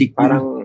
parang